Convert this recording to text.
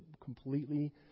completely